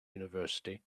university